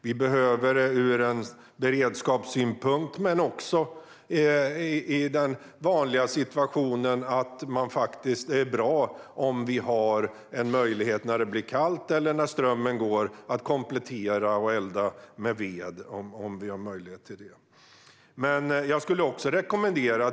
Vi behöver vedeldning ur beredskapssynpunkt och för att det helt enkelt är bra att vi, när det blir kallt eller när strömmen går, har möjlighet att komplettera och elda med ved.